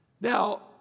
Now